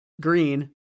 green